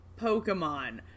Pokemon